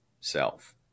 self